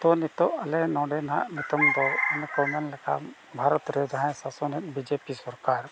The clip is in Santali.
ᱛᱚ ᱱᱤᱛᱳᱜ ᱟᱞᱮ ᱱᱚᱰᱮ ᱱᱟᱜ ᱱᱤᱛᱳᱜ ᱫᱚ ᱚᱱᱮ ᱠᱚ ᱢᱮᱱ ᱞᱮᱠᱟᱱ ᱵᱷᱟᱨᱚᱛ ᱨᱮ ᱡᱟᱦᱟᱸᱭ ᱥᱟᱥᱚᱱᱮᱫ ᱵᱤᱡᱮᱯᱤ ᱥᱚᱨᱠᱟᱨ